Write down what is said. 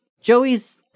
Joey's